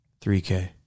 3K